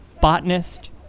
Botanist